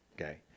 Okay